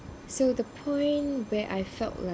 so the point where I felt